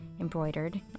embroidered